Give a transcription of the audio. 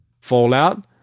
Fallout